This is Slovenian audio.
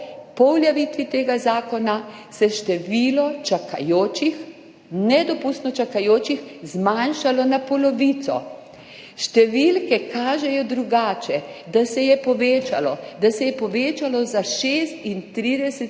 po uveljavitvi tega zakona število čakajočih, nedopustno čakajočih zmanjšalo na polovico. Številke kažejo drugače – da se je povečalo, da se je